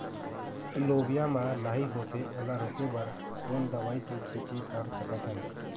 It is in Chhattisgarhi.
लोबिया मा लाही होथे ओला रोके बर कोन दवई के छीचें कर सकथन?